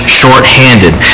shorthanded